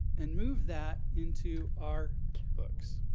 and move that into our books.